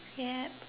yeah